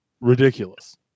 ridiculous